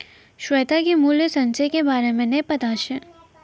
श्वेता के मूल्य संचय के बारे मे नै पता छै